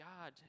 God